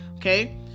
Okay